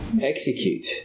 execute